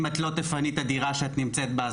אם את לא תפני את הדירה שאת נמצאת בה,